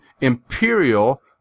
imperial